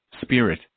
spirit